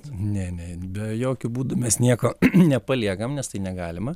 ne ne be jokiu būdu mes nieko nepaliekam nes tai negalima